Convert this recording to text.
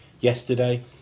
yesterday